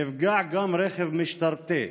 נפגע גם רכב משטרתי,